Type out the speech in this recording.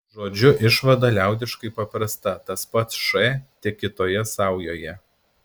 žodžiu išvada liaudiškai paprasta tas pats š tik kitoje saujoje